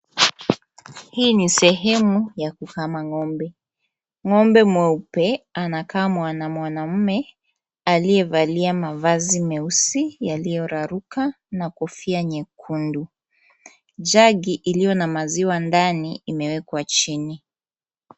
Hii ni sehemu ya kukama ng'ombe. Ng'ombe mweupe anakamwa na mwanaume aliyevalia mavazi meusi yaliyoraruka na kofia nyekundu. Jagi iliyo na maziwa ndani imewekwa chini.